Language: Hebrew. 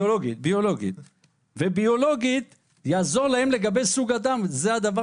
ביולוגית יעזור להם סוג הדם זה הדבר